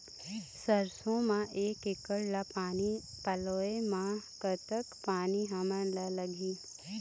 सरसों म एक एकड़ ला पानी पलोए म कतक पानी हमन ला लगही?